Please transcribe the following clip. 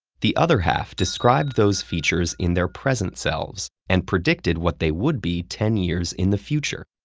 the other half described those features in their present selves, and predicted what they would be ten years in the future.